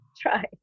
try